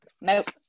nope